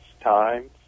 times